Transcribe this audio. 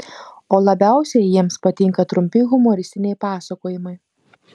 o labiausiai jiems patinka trumpi humoristiniai pasakojimai